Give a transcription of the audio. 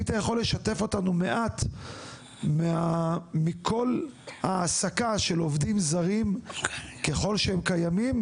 אם אתה יכול לשתף אותנו מעט מכל ההעסקה של עובדים זרים ככל שהם קיימים,